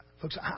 Folks